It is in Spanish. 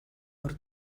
por